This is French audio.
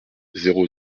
zéro